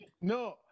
No